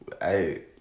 Hey